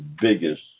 biggest